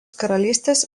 karalystės